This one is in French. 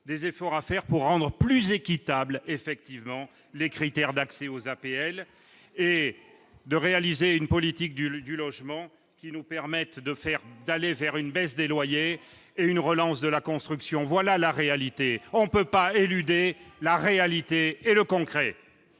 des efforts à faire pour rendre plus équitable effectivement les critères d'accès aux APL et de réaliser une politique du logement, qui nous permettent de faire d'aller vers une baisse des loyers et une relance de la construction, voilà la réalité, on peut pas éluder la réalité et le concret.